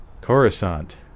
Coruscant